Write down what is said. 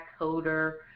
coder